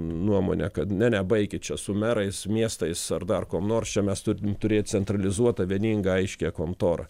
nuomone kad ne ne baikit čia su merais miestais ar dar kuom nors čia mes turim turėt centralizuotą vieningą aiškią kontorą